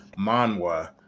Manwa